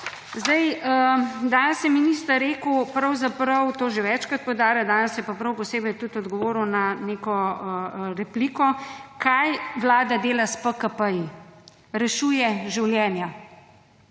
Danes je minister rekel, pravzaprav to že večkrat poudaril, danes je pa prav posebej tudi odgovoril na neko repliko, kaj vlada dela s PKP-ji. Rešuje življenja.